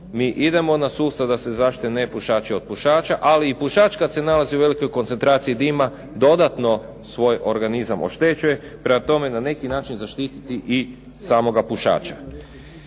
mi idemo na sustav da se zaštite nepušači od pušača, ali i pušač kad se nalazi u velikoj koncentraciji dima, dodatno svoj organizam oštećuje. Prema tome, na neki način zaštiti i samoga pušača.